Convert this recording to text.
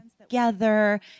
together